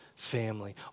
family